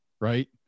right